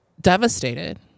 devastated